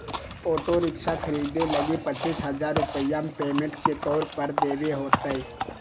auto rickshaw खरीदे लगी पचीस हजार रूपया पेमेंट के तौर पर देवे होतय